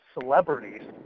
celebrities